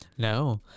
No